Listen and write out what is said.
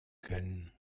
können